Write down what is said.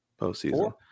postseason